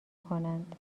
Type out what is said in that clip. کنند